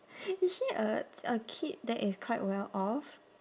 is she uh a kid that is quite well off